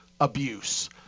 abuse